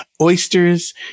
oysters